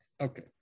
Okay